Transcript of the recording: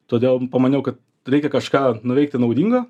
todėl pamaniau kad reikia kažką nuveikti naudingo